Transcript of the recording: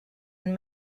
and